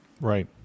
Right